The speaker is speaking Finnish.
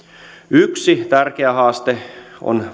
yksi tärkeä haaste on